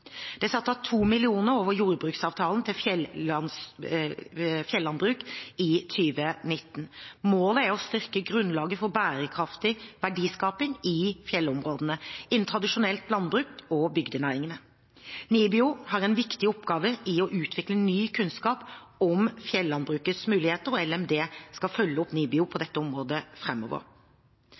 Det er satt av 2 mill. kr over jordbruksavtalen til fjellandbruk i 2019. Målet er å styrke grunnlaget for bærekraftig verdiskaping i fjellområdene innen tradisjonelt landbruk og bygdenæringene. NIBIO har en viktig oppgave i å utvikle ny kunnskap om fjellandbrukets muligheter, og LMD skal følge opp NIBIO på dette området